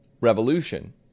revolution